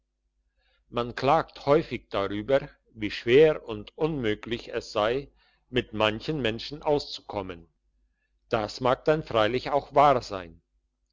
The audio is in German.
man klagt häufig darüber wie schwer und unmöglich es sei mit manchen menschen auszukommen das mag denn freilich auch wahr sein